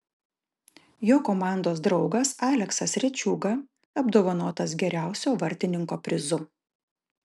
jo komandos draugas aleksas rečiūga apdovanotas geriausio vartininko prizu